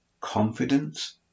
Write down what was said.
confidence